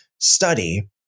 study